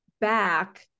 back